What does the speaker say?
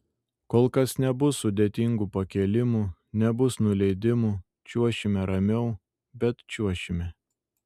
kol kas nebus sudėtingų pakėlimų nebus nuleidimų čiuošime ramiau bet čiuošime